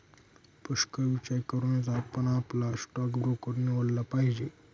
पुष्कळ विचार करूनच आपण आपला स्टॉक ब्रोकर निवडला पाहिजे